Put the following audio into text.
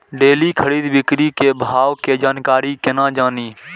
Daily खरीद बिक्री के भाव के जानकारी केना जानी?